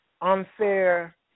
unfair